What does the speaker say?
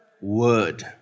word